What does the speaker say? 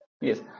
Yes